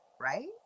right